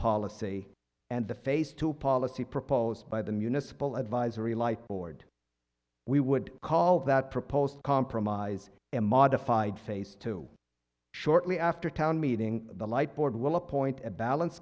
policy and the phase two policy proposed by the municipal advisory life board we would call that proposed compromise and modified phase two shortly after town meeting the light board will appoint a balanced